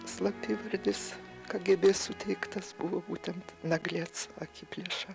slapyvardis kgb suteiktas buvo būtent naglėc akiplėša